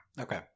Okay